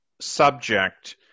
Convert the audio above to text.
subject